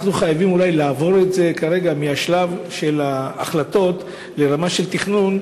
אנחנו חייבים להעביר את זה כרגע מהשלב של ההחלטות לרמה של תכנון,